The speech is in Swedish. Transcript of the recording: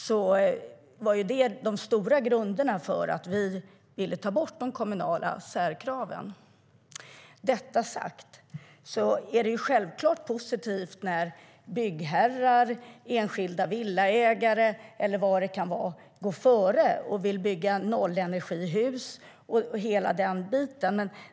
Det var den viktigaste anledningen till att vi ville ta bort de kommunala särkraven. Med detta sagt är det självklart positivt när byggherrar och enskilda villaägare, eller vilka det nu kan vara, går före och vill bygga nollenergihus och annat.